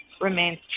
remains